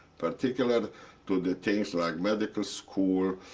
particular to the things like medical school,